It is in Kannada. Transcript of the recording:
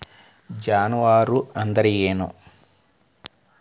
ಜಾನುವಾರು ಅಂದ್ರೇನು?